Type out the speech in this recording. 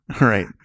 Right